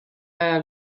ajal